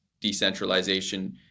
decentralization